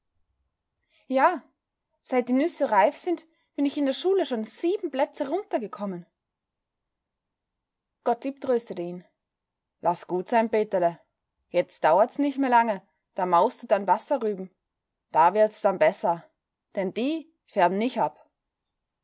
ja seit die nüsse reif sind bin ich in der schule schon sieben plätze runtergekommen gottlieb tröstete ihn laß gut sein peterle jetzt dauert's nich mehr lange da maust du dann wasserrüben da wird's dann besser denn die färben nich ab